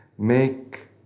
make